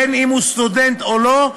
בין שהוא סטודנט בין שלא,